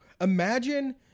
Imagine